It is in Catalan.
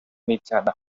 mitjana